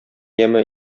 яме